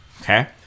Okay